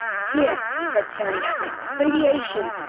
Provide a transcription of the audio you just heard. here, he said, tearing at it, radiation.